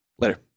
Later